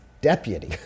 Deputy